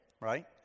right